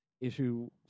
issue